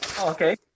Okay